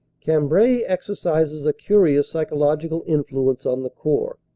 cambrai exercises a curious psychological influence on the corps.